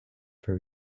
for